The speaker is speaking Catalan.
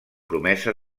promesa